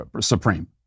supreme